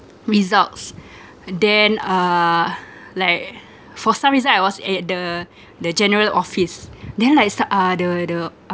results then uh like for some reason I was at the the general office then like s~ uh the the uh